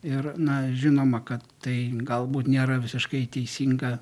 ir na žinoma kad tai galbūt nėra visiškai teisinga